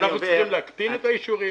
אנחנו צריכים להקטין את מספר האישורים,